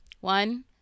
One